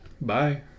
bye